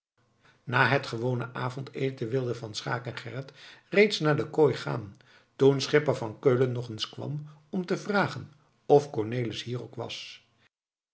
na het gewone avondeten wilden van schaeck en gerrit reeds naar de kooi gaan toen schipper van keulen nog eens kwam om te vragen of cornelis hier ook was